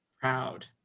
proud